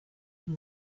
from